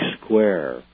square